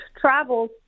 travels